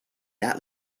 that